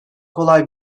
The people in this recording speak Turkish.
kolay